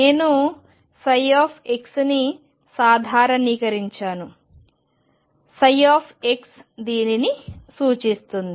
నేను ψని సాధారణీకరించాను ψ దీనిని సూచిస్తుంది